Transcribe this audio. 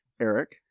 Eric